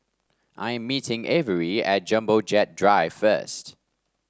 I am meeting Avery at Jumbo Jet Drive first